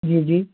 जी जी